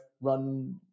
run